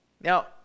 Now